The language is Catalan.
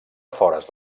afores